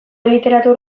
literatur